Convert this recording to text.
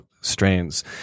strains